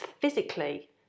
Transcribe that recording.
physically